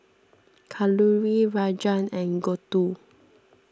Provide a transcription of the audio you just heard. Kalluri Rajan and Gouthu